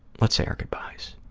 let's say our good-byes.